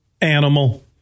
animal